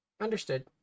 Understood